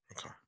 okay